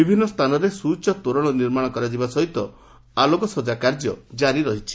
ବିଭିନ୍ନ ସ୍ଚାନରେ ସୁଉଚ ତୋରଣ ନିର୍ମାଣ କରାଯିବା ସହିତ ଆଲୋକସଜ୍ଜା କାର୍ଯ୍ୟ ଜାରି ରହିଛି